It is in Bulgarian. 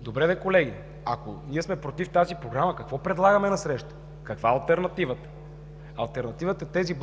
Добре, колеги, ако ние сме против тази Програма – какво предлагаме насреща? Каква е алтернативата? Алтернативата е тези